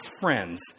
friends